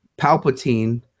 Palpatine